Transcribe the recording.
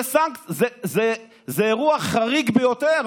זה אירוע חריג ביותר,